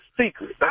Secret